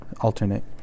Alternate